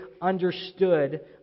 understood